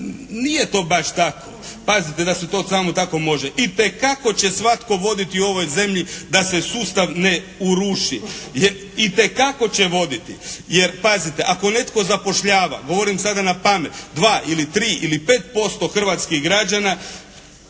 nije to baš tako. Pazite da se to samo tako može itekako će svatko voditi u ovoj zemlji da se sustav ne uruši jer itekako će voditi. Jer pazite, ako netko zapošljava, govorim sada na pamet dva ili tri ili pet posto hrvatskih građana